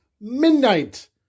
midnight